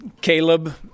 Caleb